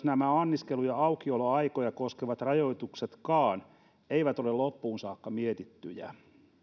nämä anniskelu ja aukioloaikoja koskevat rajoituksetkaan eivät ole loppuun saakka mietittyjä